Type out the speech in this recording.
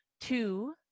two